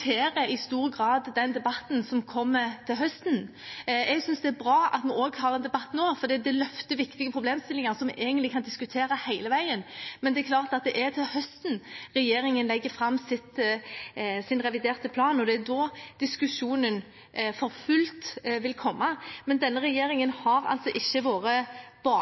forskutterer i stor grad den debatten som kommer til høsten. Jeg synes det er bra at vi også har en debatt nå, fordi det løfter viktige problemstillinger som vi egentlig kan diskutere hele veien, men det er klart at det er til høsten regjeringen legger fram sin reviderte plan, og det er da diskusjonen for fullt vil komme. Regjeringen har altså ikke vært